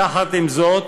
יחד עם זאת,